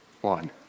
One